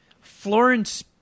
Florence